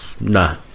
No